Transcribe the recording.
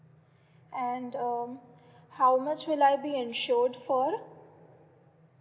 and um how much will I be insured for